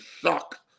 suck